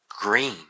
green